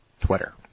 Twitter